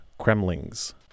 Kremlings